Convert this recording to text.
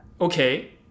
okay